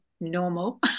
normal